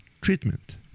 treatment